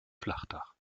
flachdach